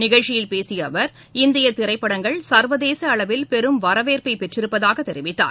நிகழ்ச்சியில் பேசிய அவர் இந்திய திரைப்படங்கள் சர்வதேச அளவில் பெரும் வரவேற்பை பெற்றிருப்பதாக தெரிவித்தார்